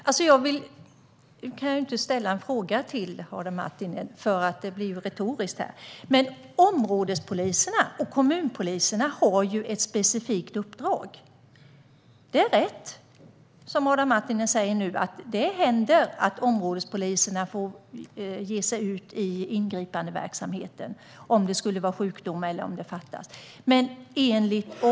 Herr talman! Nu kan jag inte ställa en fråga till Adam Marttinen eftersom den då bara blir retorisk. Områdespoliserna och kommunpoliserna har ett specifikt uppdrag. Det är riktigt som Adam Marttinen säger att det händer att områdespoliserna får ge sig ut i ingripandeverksamheten vid sjukdom eller när det fattas folk.